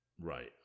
Right